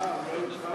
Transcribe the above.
אה, אולי הוא התחרט.